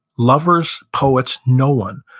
lovers, poets, no one,